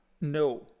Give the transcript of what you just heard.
No